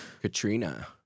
Katrina